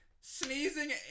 Sneezing